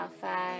five